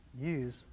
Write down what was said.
use